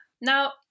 Now